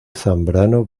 zambrano